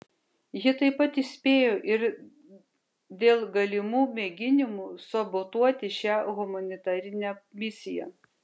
ji taip pat įspėjo ir dėl galimų mėginimų sabotuoti šią humanitarinę misiją